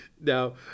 Now